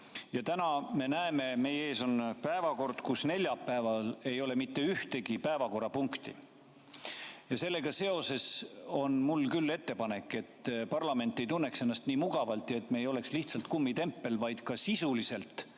ja täna me näeme, et meie ees on päevakord, kus neljapäeval ei ole mitte ühtegi päevakorrapunkti. Sellega seoses on mul küll ettepanek, et parlament ei tunneks ennast nii mugavalt ja me ei oleks lihtsalt kummitempel, vaid tegeleksime